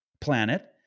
planet